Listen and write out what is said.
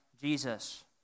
Jesus